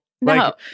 No